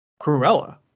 Cruella